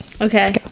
Okay